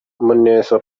muneza